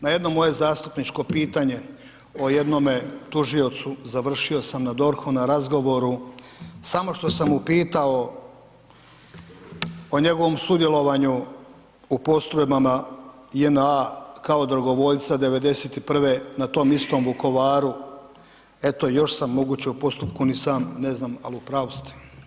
Na jedno moje zastupničko pitanje o jednome tužiocu, završio sam na DORH-u, na razgovoru, samo što sam upitao o njegovom sudjelovanju u postrojbama JNS kao dragovoljca '91. na tom istom Vukovaru, eto još sam moguće u postupku, ni sam ne znam ali u pravu ste.